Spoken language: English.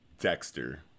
Dexter